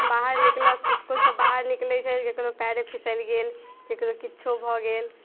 बाहर निकलब इसकुलसँ बाहर निकलै छै ककरो पाएरे फिसलि गेल ककरो किछु भऽ गेल